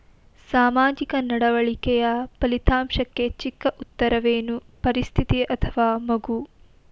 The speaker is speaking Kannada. ಸಾಮಾಜಿಕ ನಡವಳಿಕೆಯ ಫಲಿತಾಂಶಕ್ಕೆ ಚಿಕ್ಕ ಉತ್ತರವೇನು? ಪರಿಸ್ಥಿತಿ ಅಥವಾ ಮಗು?